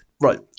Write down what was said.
right